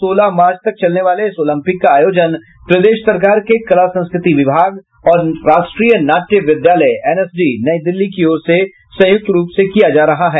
सोलह मार्च तक चलने वाले इस ओलंपिक का आयोजन प्रदेश सरकार के कला संस्कृति विभाग और राष्ट्रीय नाटय विद्यालय एनएसडी नई दिल्ली की ओर से संयुक्त रुप से किया जा रहा है